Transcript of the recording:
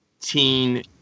teen